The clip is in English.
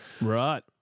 right